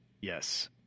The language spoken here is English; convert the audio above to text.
Yes